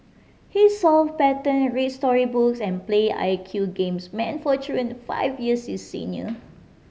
he solve pattern reads story books and play I Q games meant for children five years his senior